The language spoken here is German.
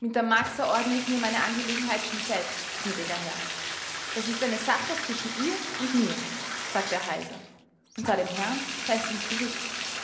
mit der marcsa ordne ich mir meine angelegenheit schon selbst gnädiger herr das ist eine sache zwischen ihr und mir sagte er heiser und sah dem herrn fest ins gesicht